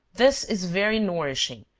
this is very nourishing,